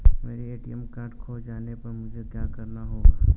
मेरा ATM card खो जाने पर मुझे क्या करना होगा?